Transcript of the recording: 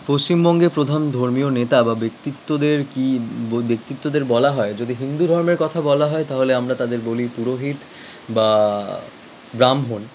পশ্চিমবঙ্গে প্রধান ধর্মীয় নেতা বা ব্যক্তিত্বদের কী বো ব্যক্তিত্বদের বলা হয় যদি হিন্দু ধর্মের কথা বলা হয় তাহলে আমরা তাদের বলি পুরোহিত বা ব্রাহ্মণ